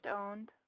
owned